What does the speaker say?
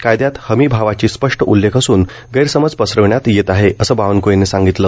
कायद्यात हमी भावाची स्पष्ट उल्लेख असून गैरसमज पसरविण्यात येत आहे असं बावनक्ळेनी सांगितलं